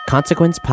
Consequence